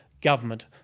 government